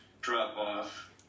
drop-off